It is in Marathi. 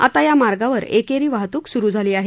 आता या मार्गावर एकेरी वाहतूक सुरु झाली आहे